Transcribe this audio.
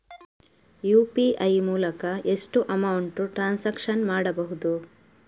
UPI ಮೂಲಕ ಎಷ್ಟು amount transaction ಮಾಡಬಹುದು?